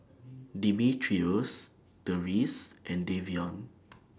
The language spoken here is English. Dimitrios Therese and Davion